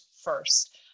first